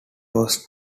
was